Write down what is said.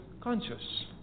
conscious